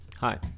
hi